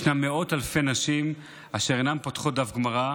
ישנן מאות אלפי נשים אשר אינן פותחות דף גמרא,